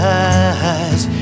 eyes